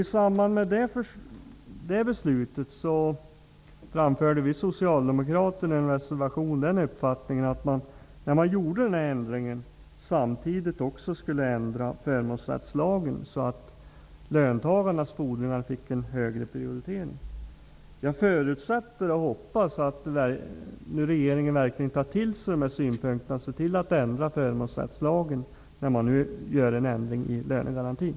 I samband med beslutet framförde vi socialdemokrater i en reservation uppfattningen att även en förändring skulle göras i förmånsrättslagen så att löntagarnas fordringar skulle få en högre prioritering. Jag förutsätter och hoppas att regeringen verkligen tar till sig av dessa synpunkter och ser till att det sker ändringar i förmånsrättslagen i samband med förändringarna i lönegarantin.